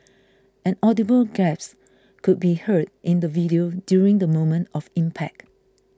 an audible gasp could be heard in the video during the moment of impact